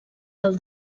del